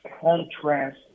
contrast